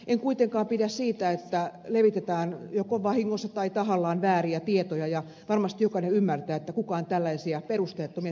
en kuitenkaan pidä siitä että levitetään joko vahingossa tai tahallaan vääriä tietoja ja varmasti jokainen ymmärtää että kukaan tällaisia perusteettomia syytöksiä ei halua kuulla